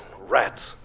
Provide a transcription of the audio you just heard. rats